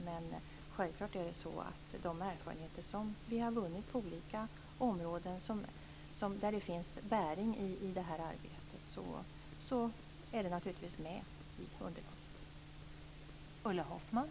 Men självklart är det så att de erfarenheter vi har vunnit på olika områden, där det finns bäring i arbetet, är med i underlaget.